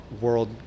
world